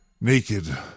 naked